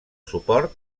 suport